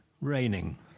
raining